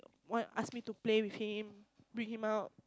want ask me to play with him bring him out